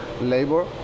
labor